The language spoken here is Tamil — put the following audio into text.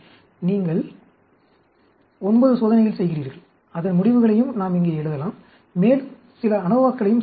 எனவே நீங்கள் 9 சோதனைகள் செய்கிறீர்கள் அதன் முடிவுகளையும் நாம் இங்கே எழுதலாம் மேலும் சில அனோவாக்களையும் செய்யலாம்